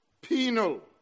penal